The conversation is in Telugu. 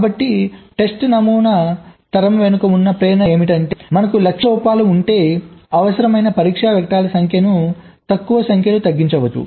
కాబట్టి టెస్ట్ నమూనా తరం వెనుక ఉన్న ప్రేరణ ఏమిటంటే మనకు లక్ష్య లోపాలు ఉంటే అవసరమైన పరీక్షా వెక్టర్ల సంఖ్యను తక్కువ సంఖ్యలో తగ్గించవచ్చు